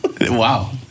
Wow